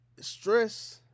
stress